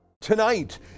Tonight